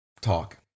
talk